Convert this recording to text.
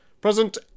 present